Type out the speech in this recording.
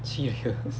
serious